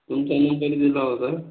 तुमचा नंबर दिला होता